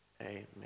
amen